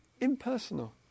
impersonal